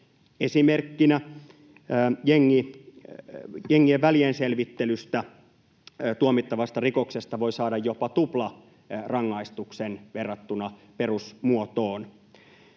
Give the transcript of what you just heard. esimerkkinä jengien välienselvittelystä tuomittavasta rikoksesta voi saada jopa tuplarangaistuksen verrattuna perusmuotoon.